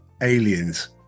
aliens